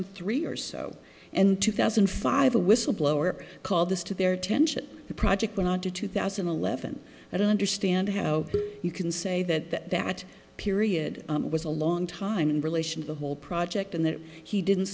and three or so and two thousand and five a whistleblower called this to their attention the project went on to two thousand and eleven i don't understand how you can say that that that period was a long time in relation to the whole project and that he didn't